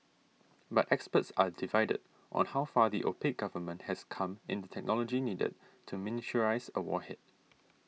but experts are divided on how far the opaque government has come in the technology needed to miniaturise a warhead